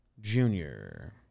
Junior